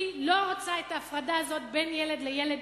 אני לא רוצה את ההפרדה הזאת בין ילד לילד.